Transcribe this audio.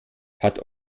hat